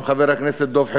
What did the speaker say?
גם חבר הכנסת דב חנין,